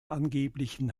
angeblichen